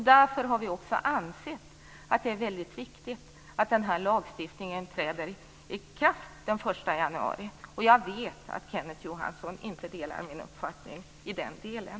Därför har vi också ansett att det är väldigt viktigt att denna lagstiftning träder i kraft den 1 januari. Och jag vet att Kenneth Johansson inte delar min uppfattning i den delen.